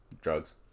Drugs